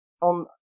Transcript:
On